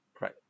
right